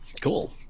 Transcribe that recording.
Cool